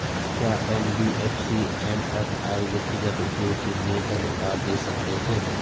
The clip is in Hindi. क्या एन.बी.एफ.सी एम.एफ.आई व्यक्तिगत उपयोग के लिए धन उधार दें सकते हैं?